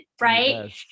right